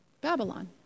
Babylon